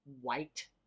white